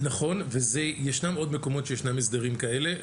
נכון, וישנם עוד מקומות שיש בהם הסדרים כאלה.